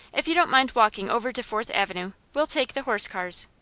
if you don't mind walking over to fourth avenue, we'll take the horse cars.